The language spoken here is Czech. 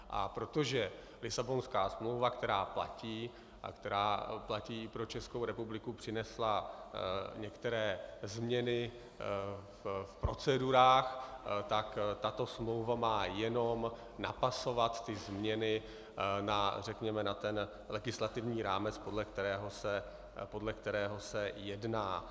A protože Lisabonská smlouva, která platí a která platí i pro Českou republiku, přinesla některé změny v procedurách, tak tato smlouva má jenom napasovat ty změny, řekněme, na ten legislativní rámec, podle kterého se jedná.